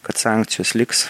kad sankcijos liks